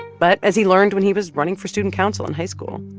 but as he learned when he was running for student council in high school,